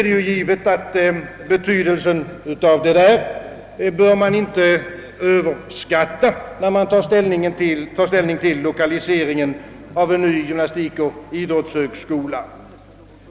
Det är givet, att man inte bör överskatta betydelsen av detta, när man tar ställning till lokaliseringen av en ny gymnastikoch idrottshögskola.